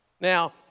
Now